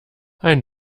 ein